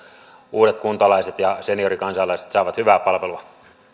uudet kuntalaiset ja seniorikansalaiset saavat hyvää palvelua